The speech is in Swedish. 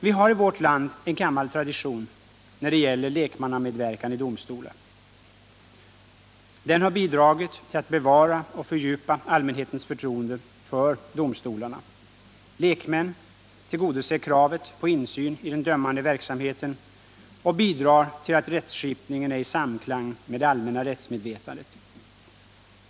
Vi har i vårt land en gammal tradition när det gäller lekmannamedverkan i domstolar. Den har bidragit till att bevara och fördjupa allmänhetens förtroende för domstolarna. Lekmän tillgodoser kravet på insyn i den dömande verksamheten och bidrar till att rättskipningen är i samklang med det allmänna rättsmedvetandet.